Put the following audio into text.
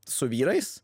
su vyrais